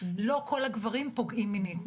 אבל לא כל הגברים פוגעים מינית.